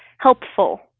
helpful